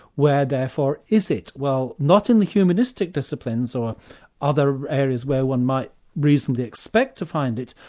where therefore is it? well not in the humanistic disciplines or other areas where one might reasonably expect to find it,